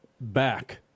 back